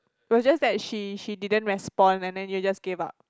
was just that she she didn't respond and then you just gave up